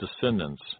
descendants